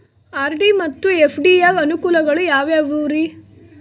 RD ಮತ್ತು FD ಯ ಅನುಕೂಲಗಳು ಯಾವ್ಯಾವುರಿ?